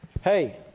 Hey